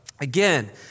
again